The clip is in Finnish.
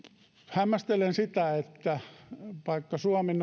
hämmästelen sitä että vaikka suomi